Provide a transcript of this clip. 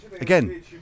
again